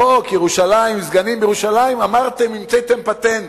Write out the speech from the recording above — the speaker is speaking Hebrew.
חוק ירושלים, סגנים בירושלים, המצאתם פטנט.